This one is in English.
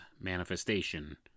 manifestation